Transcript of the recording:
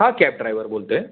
हां cab driver बोलतो आहे